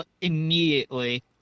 immediately